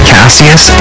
Cassius